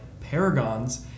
paragons